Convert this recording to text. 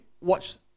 watch